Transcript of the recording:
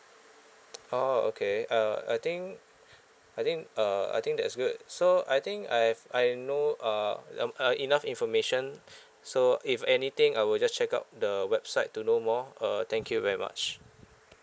oh okay uh I think I think uh I think that's good so I think I have I know uh um uh enough information so if anything I will just check out the website to know more uh thank you very much